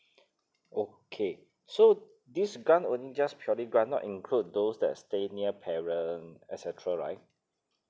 okay so this grant only just purely grant not include those that stay near parent etcetera right